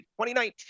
2019